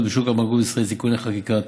בשוק הבנקאות בישראל (תיקוני חקיקה),